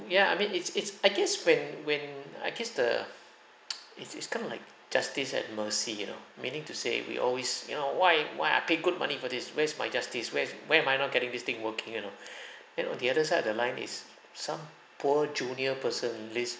ya I mean it's it's I guess when when I guess the it's it's kind of like justice at mercy you know meaning to say we always you know why why I pay good money for this where's my justice where's why am I not getting this thing working you know and on the other side of the line is some poor junior person list